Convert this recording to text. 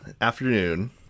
afternoon